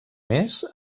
més